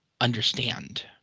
understand